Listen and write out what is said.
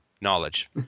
knowledge